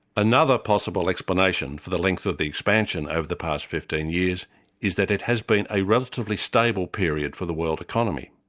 another possible explanation for the length of the expansion over the past fifteen years is that it has been a relatively stable period for the world economy.